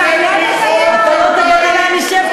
הוועדה, מה, את מאיימת עליה?